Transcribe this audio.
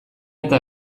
eta